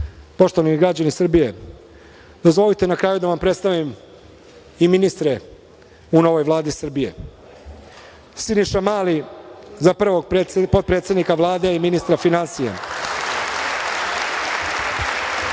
poštovani građani Srbije, dozvolite na kraju da vam predstavim i ministre u novoj Vladi Srbije: Siniša Mali, za prvog potpredsednika Vlade i ministra finansija;